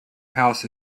house